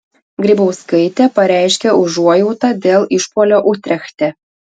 grybauskaitė pareiškė užuojautą dėl išpuolio utrechte